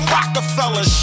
Rockefeller